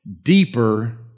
deeper